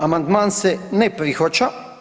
Amandman se ne prihvaća.